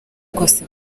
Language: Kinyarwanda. bwose